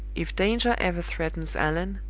if danger ever threatens allan,